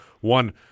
one